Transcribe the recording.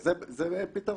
זה בהחלט יכול להיות פתרון.